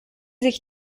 sich